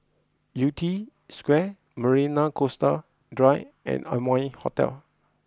Yew Tee Square Marina Coastal Drive and Amoy Hotel